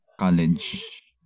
college